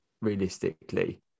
realistically